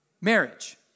Marriage